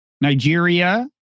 nigeria